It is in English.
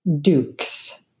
Dukes